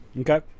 Okay